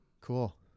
Cool